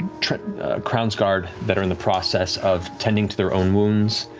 crownsguard that are in the process of tending to their own wounds,